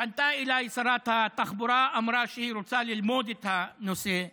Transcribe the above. פנתה אליי שרת התחבורה ואמרה שהיא רוצה ללמוד את הנושא,